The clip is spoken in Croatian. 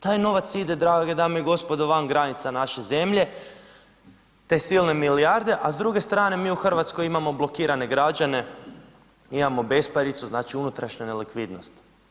Taj novac ide drage dame i gospodo van granica naše zemlje, te silne milijarde a s druge strane mi u Hrvatskoj imamo blokirane građane, imamo besparicu, znači unutrašnju nelikvidnost.